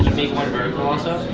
one vertical also?